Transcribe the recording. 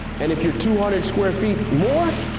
and if you're two hundred square feet more,